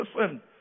Listen